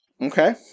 okay